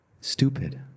Stupid